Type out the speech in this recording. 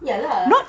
ya lah